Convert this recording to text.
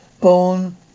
Born